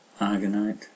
Argonite